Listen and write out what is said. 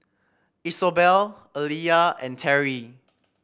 Isobel Alia and Teri